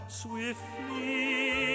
swiftly